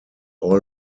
all